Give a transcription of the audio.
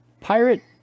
pirate